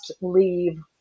leave